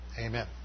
Amen